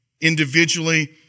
individually